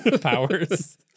powers